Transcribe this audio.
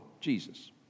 Jesus